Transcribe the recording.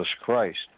Christ